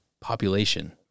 population